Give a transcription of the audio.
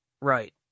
Right